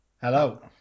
Hello